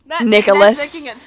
Nicholas